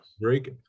break